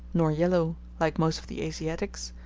nor yellow like most of the asiatics,